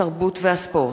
התרבות והספורט.